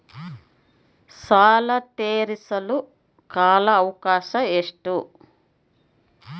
ಸಾಲ ತೇರಿಸಲು ಕಾಲ ಅವಕಾಶ ಎಷ್ಟು?